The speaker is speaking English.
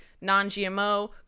non-GMO